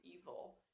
evil